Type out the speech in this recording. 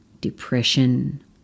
depression